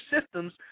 systems